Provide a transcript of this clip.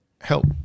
help